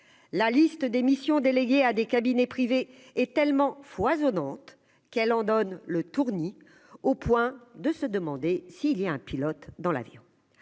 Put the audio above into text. la liste des missions déléguées à des cabinets privés et tellement foisonnante qu'elle en donne le tournis au point de se demander si il y a un pilote dans l'avion,